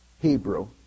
Hebrew